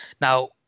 Now